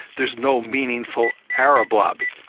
there's no meaningful arab lobby.